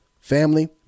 Family